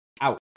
out